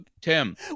Tim